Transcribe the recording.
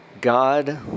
God